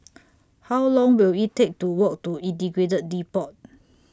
How Long Will IT Take to Walk to Integrated Depot